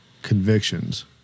convictions